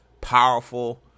powerful